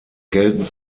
gelten